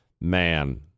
man